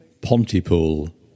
Pontypool